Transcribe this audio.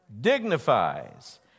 dignifies